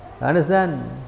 Understand